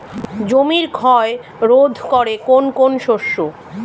জমির ক্ষয় রোধ করে কোন কোন শস্য?